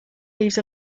leaves